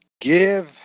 Give